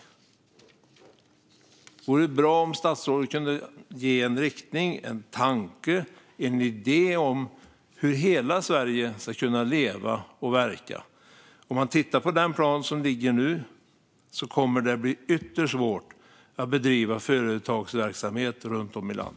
Det vore bra om statsrådet kunde ange en riktning, en tanke eller en idé om hur hela Sverige ska kunna leva och verka. Om man ser till den plan som ligger nu kommer det att bli ytterst svårt att bedriva företagsverksamhet runt om i landet.